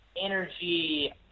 energy